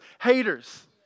haters